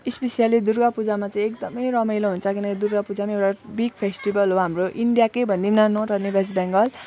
specially Durga पूजामा चाहिँ एकदम रमाइलो हुन्छ किनकि दुर्गा पूजा पनि एउटा बिग फेस्टिभल हो हाम्रो इन्डियाकै भनिदिऊँ न नट ओन्ली वेस्ट बेङ्गल